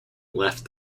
left